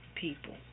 people